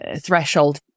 threshold